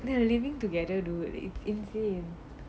they are living together dude it's insane